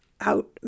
out